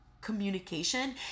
communication